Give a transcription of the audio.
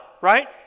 right